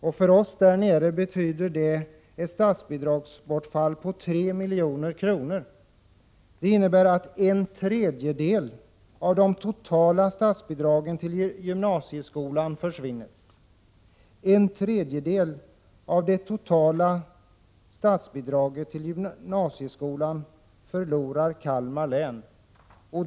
För oss som bor i det länet betyder det ett statsbidragsbortfall på 3 milj.kr. Det innebär att Kalmar län förlorar en tredjedel av det totala statsbidraget till gymnasieskolan.